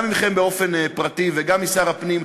גם מכם באופן פרטי וגם משר הפנים,